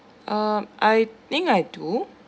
uh I think I do